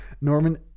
Norman